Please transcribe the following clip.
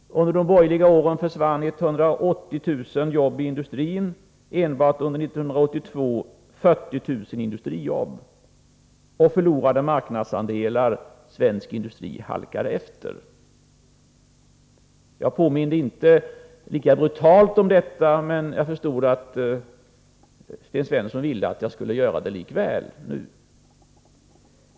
Under de borgerliga åren försvann 180000 jobb i industrin. Enbart under år 1982 var antalet 40000. Svensk industri förlorade marknadsandelar och halkade efter. Jag påminde inte om allt detta på ett brutalt sätt, men nu förstår jag att Sten Svensson ville att jag skulle göra det.